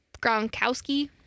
Gronkowski